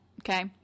okay